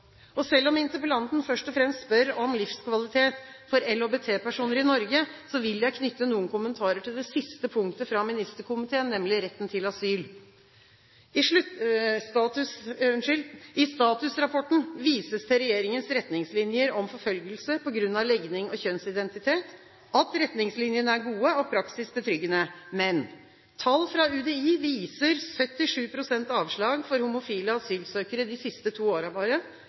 Selv om interpellanten først og fremst spør om livskvalitet for LHBT-personer i Norge, vil jeg knytte noen kommentarer til det siste punktet fra ministerkomiteen, nemlig retten til asyl. I statusrapporten vises det til regjeringens retningslinjer om forfølgelse på grunn av legning og kjønnsidentitet, at retningslinjene er gode og praksis betryggende. Men: Tall fra UDI viser 77 pst. avslag for homofile asylsøkere bare de siste to